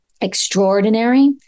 extraordinary